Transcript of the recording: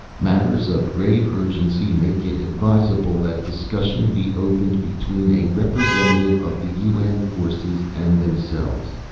matters of grave urgency make it advisable that discussion be opened between a representative of the un forces and themselves.